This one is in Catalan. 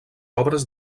obres